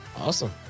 Awesome